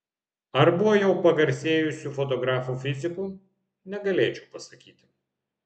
ar buvo jau pagarsėjusių fotografų fizikų negalėčiau pasakyti